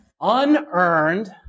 unearned